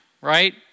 right